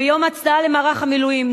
ביום ההצדעה למערך המילואים,